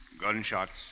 Gunshots